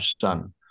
son